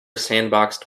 sandboxed